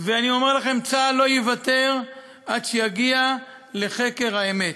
ואני אומר לכם: צה"ל לא יוותר עד שיגיע לחקר האמת.